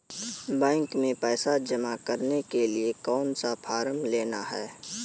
Bank में पैसा जमा करने के लिए कौन सा फॉर्म लेना है?